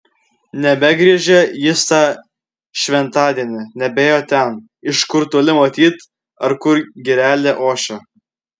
nebegriežė jis tą šventadienį nebėjo ten iš kur toli matyt ar kur girelė ošia